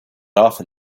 often